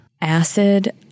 Acid